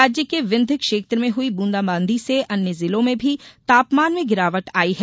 राज्य के विंध्य क्षेत्र में हई बूंदा बांदी से अन्य जिलों में भी तापमान में गिरावट आई है